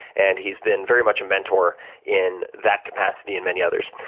and he's been very much a mentor in that capacity and many others.